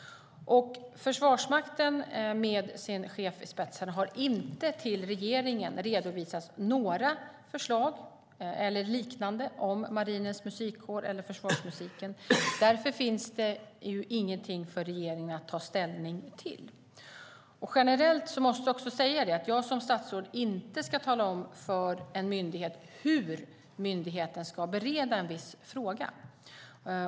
Försvarsmakten, med sin chef i spetsen, har inte redovisat några förslag eller liknande om Marinens Musikkår eller försvarsmusiken till regeringen. Därför finns det ingenting för regeringen att ta ställning till. Jag måste också säga att jag som statsråd generellt inte ska tala om för en myndighet hur den ska bereda en viss fråga.